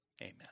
Amen